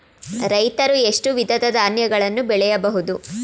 ರೈತರು ಎಷ್ಟು ವಿಧದ ಧಾನ್ಯಗಳನ್ನು ಬೆಳೆಯಬಹುದು?